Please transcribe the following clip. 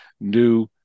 new